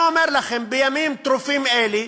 אני אומר לכם, בימים טרופים אלה,